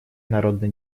народно